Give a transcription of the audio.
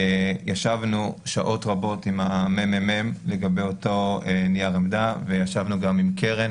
ישבנו שעות רבות עם הממ"מ לגבי אותו נייר עמדה וישבנו גם עם קרן